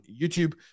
YouTube